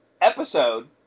episode